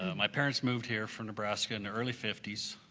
my parents moved here from nebraska in the early fifties.